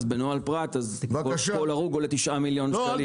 אז בנוהל פר"ת כל הרוג עולה 9 מיליון ₪.